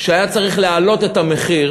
שבו היה צריך להעלות את המחיר